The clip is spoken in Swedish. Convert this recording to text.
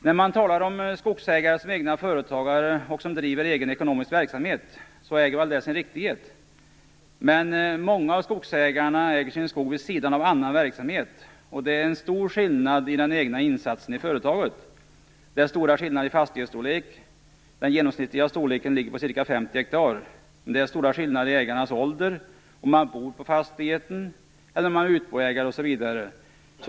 När man talar om skogsägare som egna företagare som driver egen ekonomisk verksamhet äger det sin riktighet. Men många av skogsägarna äger sin skog vid sidan av annan verksamhet. Det är en stor skillnad i den egna insatsen i företaget. Det är stora skillnader i fastighetsstorlek. Den genomsnittliga storleken är ca 50 hektar. Det är stora skillnader i ägarnas ålder, om man bor på fastigheten eller är utboägare, osv.